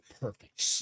Perfect